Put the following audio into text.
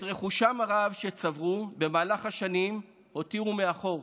את רכושם הרב שצברו במהלך השנים הותירו מאחור.